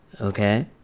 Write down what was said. Okay